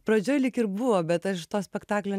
pradžioj lyg ir buvo bet aš to spektaklio